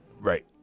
Right